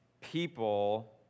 people